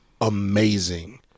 amazing